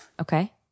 Okay